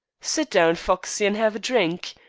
sit down, foxey, and have a drink.